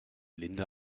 linda